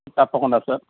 తప్పకుండా సార్